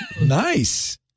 nice